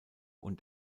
und